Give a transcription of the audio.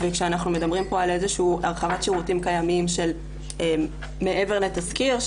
כשאנחנו מדברים פה על איזושהי הרחבת שירותים קיימים של מעבר לתסקיר,